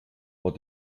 war